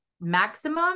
maximum